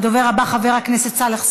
הדובר הבא, חבר הכנסת סאלח סעד,